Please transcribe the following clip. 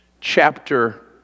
chapter